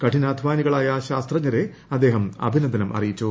കഠിനാധാനികളായ ശാസ്ത്രജ്ഞരെ അദ്ദേഹം അഭിനന്ദനം അറിയിച്ചു